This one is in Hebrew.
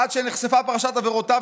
עד שנחשפה פרשת עבירותיו,